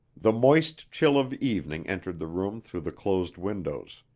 the moist chill of evening entered the room through the closed windows.